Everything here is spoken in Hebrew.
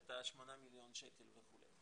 את השמונה מיליון שקל וכו'.